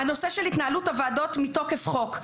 נושא התנהלות הוועדות במתוקף חוק.